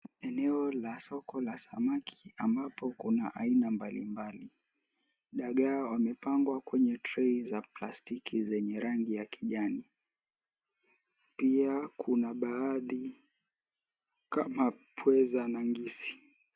Eneo la soko la samaki ambapo kuna aina mbalimbali. Dagaa wamepangwa kwenye trei za plastiki zenye rangi ya kijani. Pia kuna baadhi kama pweza na ngisi.